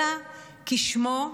אלא כשמו,